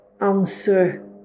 answer